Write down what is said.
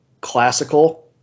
classical